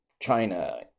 China